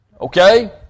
Okay